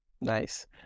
Nice